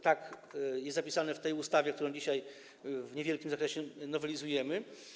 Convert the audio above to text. Tak jest zapisane w tej ustawie, którą dzisiaj w niewielkim zakresie nowelizujemy.